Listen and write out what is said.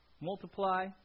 Multiply